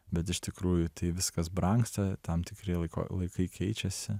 bet iš tikrųjų tai viskas brangsta tam tikri laiko laikai keičiasi